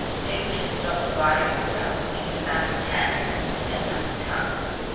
people should stop dividing themselves into maths cans and maths can'ts.